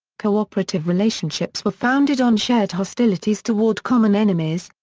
cooperative relationships were founded on shared hostilities toward common enemies,